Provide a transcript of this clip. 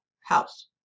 house